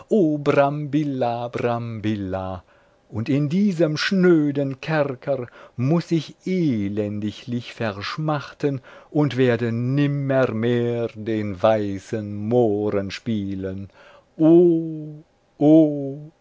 und in diesem schnöden kerker muß ich elendiglich verschmachten und werde nimmermehr den weißen mohren spielen o